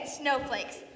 Snowflakes